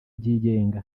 byigenga